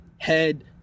head